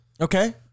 Okay